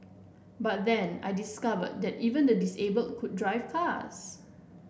but then I discovered that even the disabled could drive cars